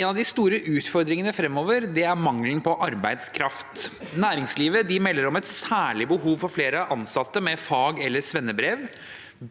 «En av de store ut- fordringene fremover er mangelen på arbeidskraft. Næringslivet melder om et særlig behov for flere ansatte med fag- eller svennebrev.